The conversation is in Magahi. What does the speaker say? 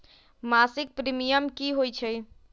मासिक प्रीमियम की होई छई?